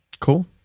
Cool